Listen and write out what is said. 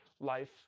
life